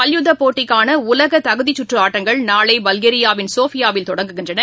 மல்யுத்தபோட்டிக்கானஉலகதகுதிச்சுற்றுஆட்டங்கள் நாளைபல்கேரியாவின் சோஃபியாவில் ஒலிம்பிக் தொடங்குகின்றன